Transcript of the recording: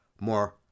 more